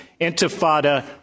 intifada